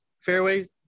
fairway